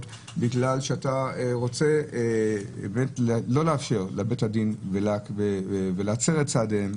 בגלל שאתה רוצה לא לאפשר לבית הדין ולהצר את צעדיו.